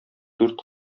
дүрт